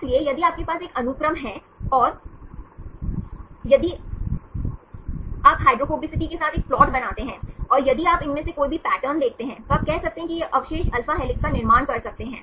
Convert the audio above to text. इसलिए यदि आपके पास एक अनुक्रम है और यदि आप हाइड्रोफोबिसिटी के साथ एक प्लॉट बनाते हैं और यदि आप इनमें से कोई भी पैटर्न देखते हैं तो आप कह सकते हैं कि ये अवशेष अल्फा हेलिक्स का निर्माण कर सकते हैं